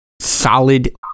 solid